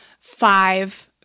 five